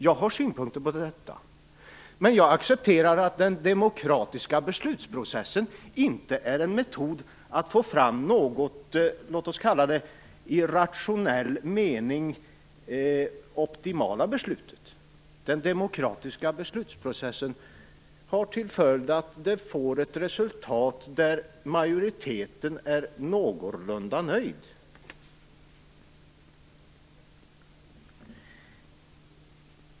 Jag har synpunkter på detta, men jag accepterar att den demokratiska beslutsprocessen inte är en metod för att få fram det så att säga i rationell mening optimala beslutet. Den demokratiska beslutsprocessen får till resultat att majoriteten är någorlunda nöjd.